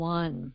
one